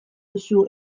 duzu